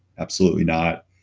absolutely not.